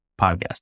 podcast